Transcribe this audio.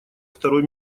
второй